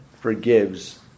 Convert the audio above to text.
forgives